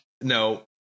no